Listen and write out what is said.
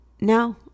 No